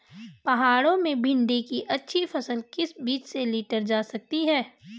पहाड़ों में भिन्डी की अच्छी फसल किस बीज से लीटर जा सकती है?